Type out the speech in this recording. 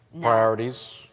Priorities